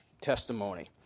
testimony